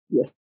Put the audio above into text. Yes